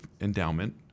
endowment